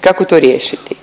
Kako to riješiti?